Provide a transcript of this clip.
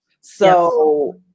So-